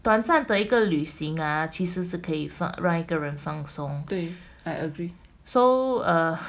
对 I agree so err